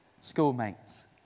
schoolmates